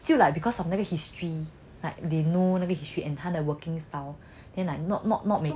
就 like because of 那个 history like they know 那个 history and 他的 working style then like not not not